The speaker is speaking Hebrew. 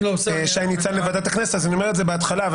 שי ניצן לוועדת הכנסת אז אני אומר את זה בהתחלה.